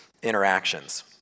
interactions